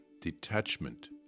detachment